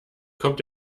kommt